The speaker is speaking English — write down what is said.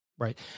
Right